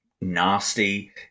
nasty